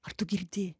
ar tu girdi